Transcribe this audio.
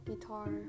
guitar